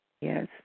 yes